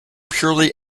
purely